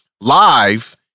live